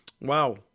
Wow